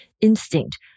instinct